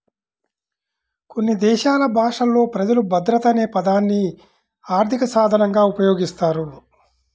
కొన్ని దేశాలు భాషలలో ప్రజలు భద్రత అనే పదాన్ని ఆర్థిక సాధనంగా ఉపయోగిస్తారు